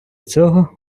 цього